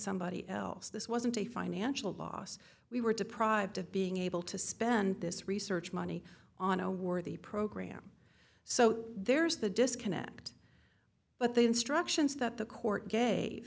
somebody else this wasn't a financial loss we were deprived of being able to spend this research money on a worthy program so there's the disconnect but the instructions that the court ga